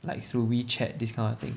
like through WeChat this kind of thing